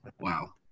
Wow